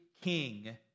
king